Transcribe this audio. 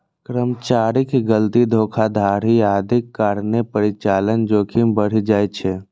कर्मचारीक गलती, धोखाधड़ी आदिक कारणें परिचालन जोखिम बढ़ि जाइ छै